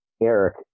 Eric